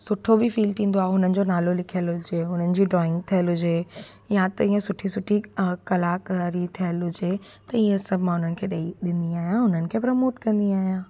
सुठो बि फ़ील थींदो आहे हुननि जो नालो लिखियल हुजे हुननि जी ड्रॉइंग थियल हुजे या त इअं सुठी सुठी कलाकारी थियल हुजे त इहे सभु मां हुननि खे ॾेई ॾींदी आहियां हुननि खे प्रमोट कंदी आहियां